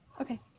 Okay